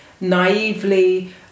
naively